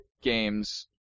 games